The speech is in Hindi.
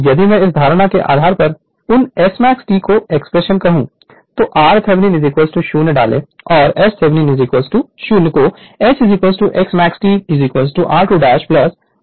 यदि मैं इस धारणा के आधार पर उन Smax t को एक्सप्रेशन कहूं तो r Thevenin 0 डालें और S Thevenin 0 को S Smax t r2 x 2 मिलेगा